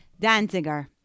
Danziger